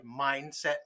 mindset